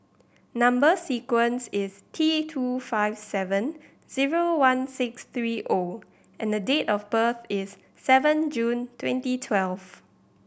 number sequence is T two five seven zero one six three O and the date of birth is seven June twenty twelve